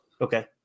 Okay